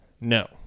No